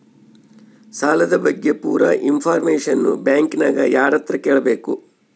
ಸಾಲದ ಬಗ್ಗೆ ಪೂರ ಇಂಫಾರ್ಮೇಷನ ಬ್ಯಾಂಕಿನ್ಯಾಗ ಯಾರತ್ರ ಕೇಳಬೇಕು?